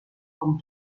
com